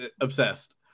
obsessed